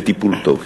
וטיפול טוב.